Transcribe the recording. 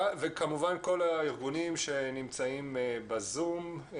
וכמובן כל הארגונים שנמצאים בזום.